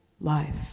life